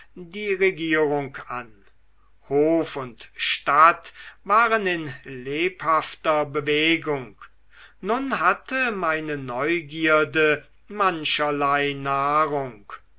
die regierung an hof und stadt waren in lebhafter bewegung nun hatte meine neugierde mancherlei nahrung